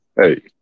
Hey